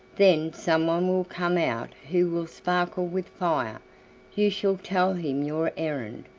then someone will come out who will sparkle with fire you shall tell him your errand,